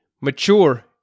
mature